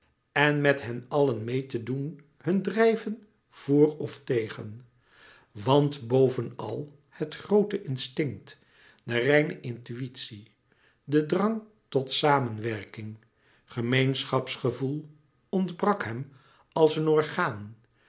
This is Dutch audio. en met hen allen meê te doen hun drijven voor of tegen want bovenal het groote instinct de reine intuïtie de drang tot samenwerking gemeenschapsgevoel ontbrak hem als een orgaan